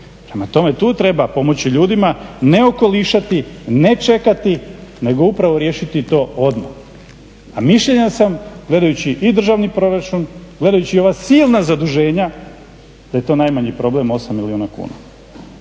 Prema tome, tu treba pomoći ljudima, ne okolišati, ne čekati nego upravo riješiti to odmah. A mišljenja sam, gledajući i državni proračun, gledajući i ova silna zaduženja da je to najmanji problem 8 milijuna kuna.